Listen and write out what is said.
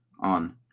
on